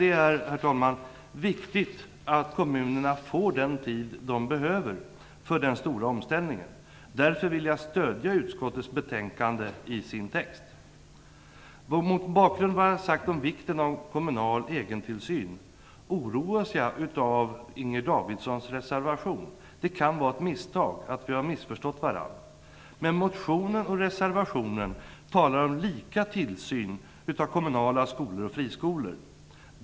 Det är viktigt att kommunerna får den tid de behöver för den stora omställningen. Därför stöder jag texten i utskottets betänkande. Mot bakgrund av vad jag har sagt om vikten av kommunal egentillsyn oroas jag av Inger Davidsons reservation. Det är dock möjligt att vi har missförstått varandra. Motionen och reservationen talar om en likartad tillsyn av kommunala skolor och friskolor.